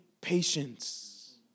patience